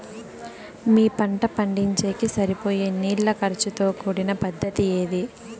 మీ పంట పండించేకి సరిపోయే నీళ్ల ఖర్చు తో కూడిన పద్ధతి ఏది?